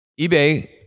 eBay